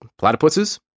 platypuses